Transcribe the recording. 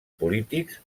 polítics